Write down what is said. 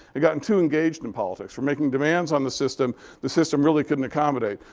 had gotten too engaged in politics, were making demands on the system the system really couldn't accommodate.